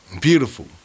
Beautiful